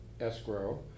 escrow